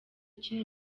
ukina